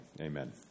Amen